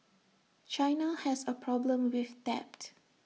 China has A problem with debt